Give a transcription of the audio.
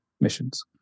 missions